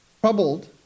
troubled